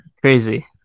Crazy